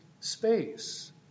space